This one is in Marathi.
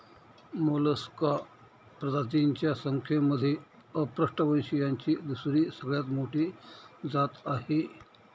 मोलस्का प्रजातींच्या संख्येमध्ये अपृष्ठवंशीयांची दुसरी सगळ्यात मोठी जात आहे